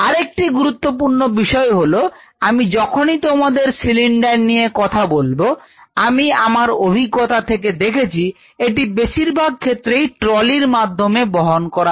আরেকটি গুরুত্বপূর্ণ বিষয় হলো আমি যখনই তোমাদের সিলিন্ডার নিয়ে কথা বলব আমি আমার অভিজ্ঞতা থেকে দেখেছি এটি বেশিরভাগ ক্ষেত্রেই ট্রলি এর মাধ্যমে বহন করা হয়